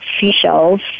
seashells